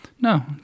No